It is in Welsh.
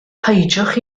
peidiwch